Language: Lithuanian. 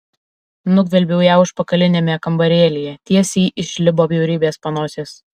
nugvelbiau ją užpakaliniame kambarėlyje tiesiai iš žlibo bjaurybės panosės